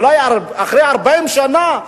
אולי אחרי 40 שנה,